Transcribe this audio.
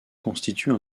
constituent